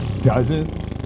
dozens